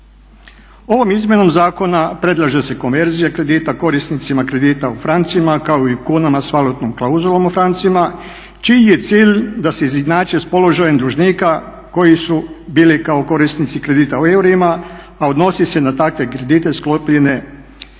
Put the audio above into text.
Ovom izmjenom zakona predlaže se konverzija kredita korisnicima kredita u francima, kao i u kunama s valutnom klauzulom u francima čiji je cilj da se izjednači s položajem dužnika koji su bili kao korisnici kredita u eurima, a odnosi na takve kredite sklopljene od 1.